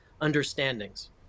understandings